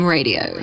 Radio